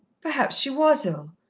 perhaps she was ill,